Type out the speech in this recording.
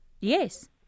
Yes